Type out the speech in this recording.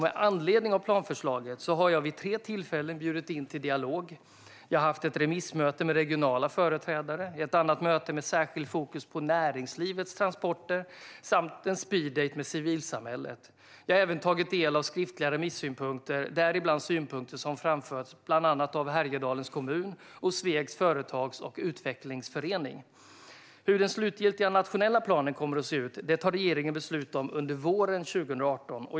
Med anledning av planförslaget har jag vid tre tillfällen bjudit in till dialog. Jag har haft ett remissmöte med regionala företrädare, ett annat möte med särskilt fokus på näringslivets transporter samt en speeddejt med civilsamhället. Jag har även tagit del av skriftliga remissynpunkter, däribland synpunkter som har framförts av Härjedalens kommun och Svegs Företags och Utvecklingsförening. Hur den slutgiltiga nationella planen kommer att se ut tar regeringen beslut om under våren 2018.